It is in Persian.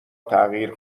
تغییر